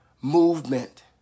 movement